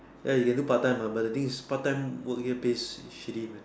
ya you can do part time uh but the thing is part time work here pays is shitty man